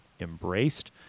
embraced